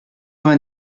vingt